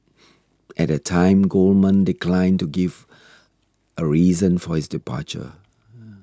at the time Goldman declined to give a reason for his departure